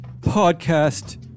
podcast